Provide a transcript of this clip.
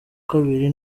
kabiri